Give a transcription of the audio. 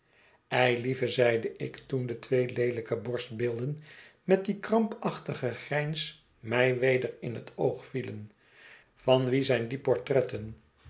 eilieve zeide ik toen de twee leelijke borstbeelden met dien krampachtigen grijns mij weder in het oog vielen van wie zijn die portretten